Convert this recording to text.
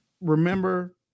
Remember